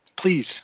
please